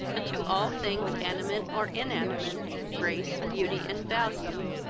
and to all things animate or inanimate, grace, beauty, and value,